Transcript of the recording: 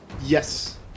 Yes